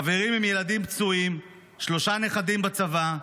חברים עם ילדים פצועים, שלושה נכדים בצבא,